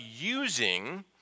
using